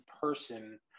person